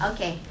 Okay